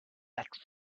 that